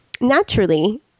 Naturally